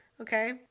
okay